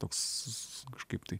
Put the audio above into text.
toks kažkaip tai